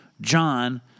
John